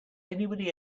anybody